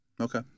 okay